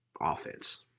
offense